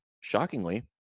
shockingly